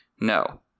No